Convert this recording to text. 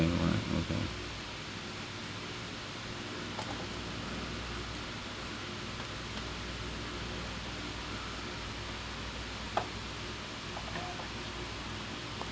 alright okay